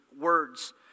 words